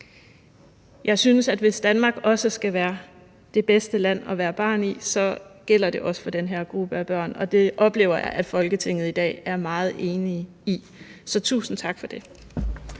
Jeg synes, at hvis Danmark skal være det bedste land at være barn i, så gælder det også for den her gruppe af børn, og det oplever jeg at Folketinget i dag er meget enige i, så tusind tak for det.